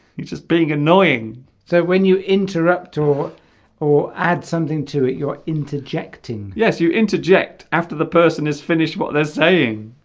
just being annoying so when you interrupt or or add something to it you're interjecting yes you interject after the person is finished what they're saying